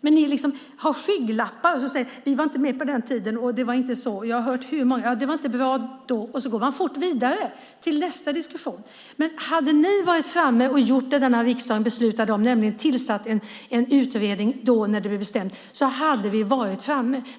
Men ni har skygglapparna på och säger att ni inte var med på den tiden, och det var inte bra då, och så går ni fort vidare till nästa diskussion. Men hade ni gjort det denna riksdag beslutade om, nämligen tillsatt en utredning då när det blev bestämt hade vi varit framme.